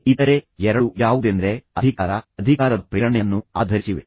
ಇತರೆ ಎರಡು ಯಾವುದೆಂದರೆ ಅಧಿಕಾರ ಅಧಿಕಾರದ ಪ್ರೇರಣೆಯನ್ನು ಆಧರಿಸಿವೆ